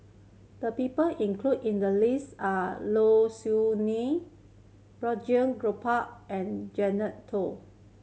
the people include in the list are Low Siew Nghee Balraj Gopal and Joel